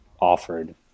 offered